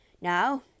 Now